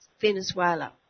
Venezuela